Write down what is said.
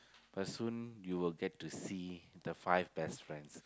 but soon you will get to see the five best friends